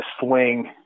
swing